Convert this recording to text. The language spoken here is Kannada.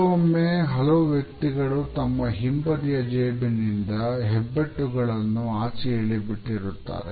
ಕೆಲವೊಮ್ಮೆ ಹಲವು ವ್ಯಕ್ತಿಗಳು ತಮ್ಮ ಹಿಂಬದಿಯ ಜೇಬಿನಿಂದ ಹೆಬ್ಬೆಟ್ಟು ಗಳನ್ನು ಆಚೆ ಇಳಿಬಿಟ್ಟಿರುತ್ತಾರೆ